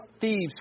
thieves